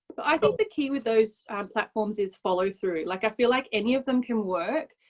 i think the key with those platforms is follow-through. like i feel like any of them can work.